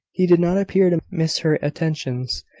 he did not appear to miss her attentions,